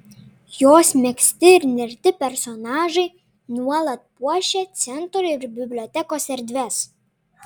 jos megzti ir nerti personažai nuolat puošia centro ir bibliotekos erdves